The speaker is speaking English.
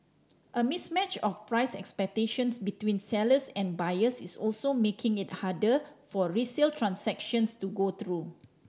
a mismatch of price expectations between sellers and buyers is also making it harder for resale transactions to go through